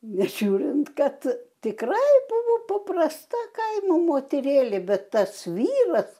nežiūrint kad tikrai buvo paprasta kaimo moterėlė bet tas vyras